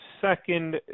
Second